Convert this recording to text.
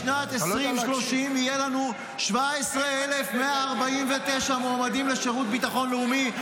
בשנת 2030 יהיו לנו 17,149 מועמדים לשירות ביטחון לאומי,